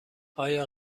آیا